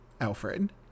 Alfred